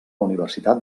universitat